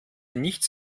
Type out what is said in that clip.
nichts